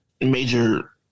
major